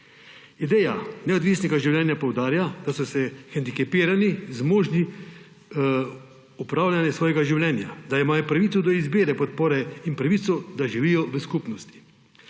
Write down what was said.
Ideja neodvisnega življenja poudarja, da so hendikepirani zmožni upravljanja svojega življenja, da imajo pravico do izbire podpore in pravico, da živijo v skupnosti.